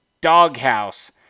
Doghouse